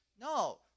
no